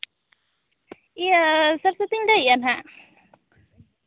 ᱤᱭᱟᱹ ᱥᱚᱨᱚᱥᱚᱛᱤᱧ ᱞᱟᱹᱭ ᱮᱜᱼᱟ ᱦᱟᱸᱜ